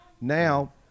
now